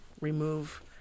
remove